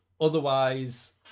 Otherwise